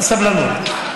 אבל סבלנות.